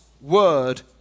word